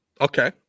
Okay